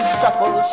supple